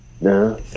no